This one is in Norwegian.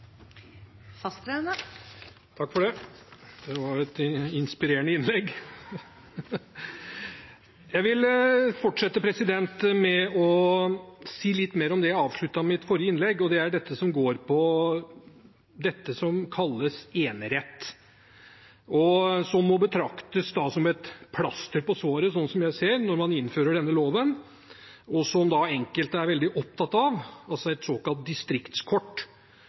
Det var et inspirerende innlegg. Jeg vil fortsette med å si litt mer om det jeg avsluttet mitt forrige innlegg med. Det gjelder dette som kalles enerett, som, slik jeg ser det, må betraktes som et plaster på såret når man innfører denne loven, og som enkelte er veldig opptatt av som et såkalt distriktskort